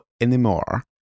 anymore